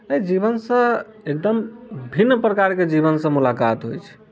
से जीवनसँ एकदम भिन्न प्रकारके जीवनसँ मुलाकात होइत छै